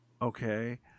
okay